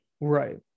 Right